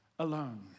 alone